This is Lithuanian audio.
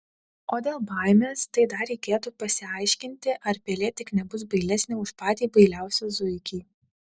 o dėl baimės tai dar reikėtų pasiaiškinti ar pelė tik nebus bailesnė už patį bailiausią zuikį